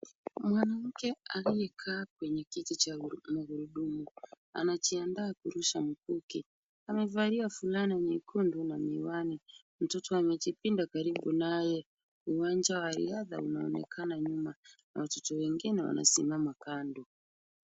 Mwanamke aliyekaa kwenye kiti cha magurudumu anajiandaa kurusha mkuki. Amevalia fulana nyekundu na miwani. Mtoto amejipinda karibu naye .Uwanja wa riadha unaonekana nyuma na watoto wengine wanasimama kando.